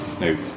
no